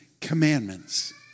commandments